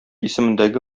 исемендәге